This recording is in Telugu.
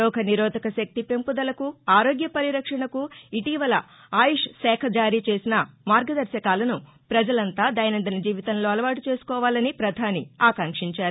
రోగ నిరోధకశక్తి పెంపుదలకు ఆరోగ్య పరిరక్షణకు ఇటీవల ఆయుష్ శాఖ జారీ చేసిన మార్గదర్శకాలను ప్రజలంతా దైనందిన జీవితంలో అలవాటు చేసుకోవాలని ప్రధాని ఆకాంక్షించారు